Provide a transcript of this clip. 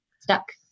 stuck